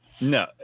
No